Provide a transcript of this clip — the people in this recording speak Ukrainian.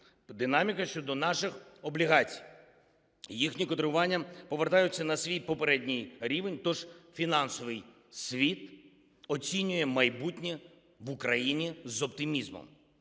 динаміка щодо наших облігацій – їхні котирування повертаються на свій попередній рівень. Тож, фінансовий світ оцінює майбутнє в Україні з оптимізмом.